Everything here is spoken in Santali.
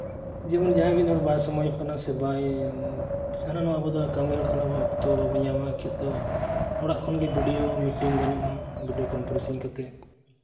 ᱡᱮᱢᱚᱱ ᱡᱟᱦᱟᱸᱭ ᱢᱤᱫ ᱦᱚᱲ ᱵᱟᱭ ᱥᱚᱢᱚᱭᱚᱜ ᱠᱟᱱᱟ ᱥᱮ ᱵᱟᱭ ᱦᱟᱱᱟ ᱱᱚᱣᱟ ᱟᱵᱚ ᱫᱚ ᱠᱟᱹᱢᱤ ᱦᱚᱲ ᱠᱟᱱᱟ ᱵᱚᱱ ᱚᱠᱛᱚ ᱵᱟᱵᱚᱱ ᱧᱟᱢᱟ ᱠᱤᱱᱛᱩ ᱚᱲᱟᱜ ᱠᱷᱚᱱ ᱜᱮ ᱵᱷᱤᱰᱭᱳ ᱢᱮᱴᱤᱝ ᱜᱟᱱᱚᱜᱼᱟ ᱵᱷᱤᱰᱭᱳ ᱠᱚᱱᱯᱷᱟᱨᱮᱱᱥᱤᱝ ᱠᱟᱛᱮᱫ